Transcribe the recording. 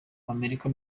amerika